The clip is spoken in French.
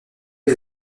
est